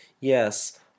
Yes